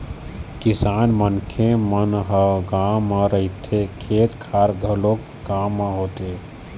किसान मनखे मन ह गाँव म रहिथे, खेत खार घलोक गाँव म होथे